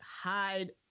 hide